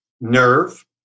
Nerve